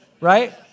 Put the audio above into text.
right